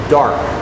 dark